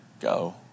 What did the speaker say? go